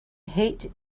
hate